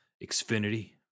Xfinity